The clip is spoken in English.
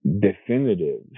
definitive